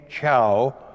Chow